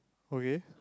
okay